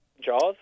Jaws